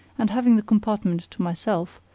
and having the compartment to myself,